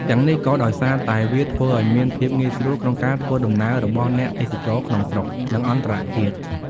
ទាំំងនេះក៏ដោយសារតែ វាធ្វើឪ្យមានភាពងាយស្រួលក្នុងការធ្វើដំណើររបស់អ្នកទេសចរក្នុងស្រុក និងអន្តរជាតិ។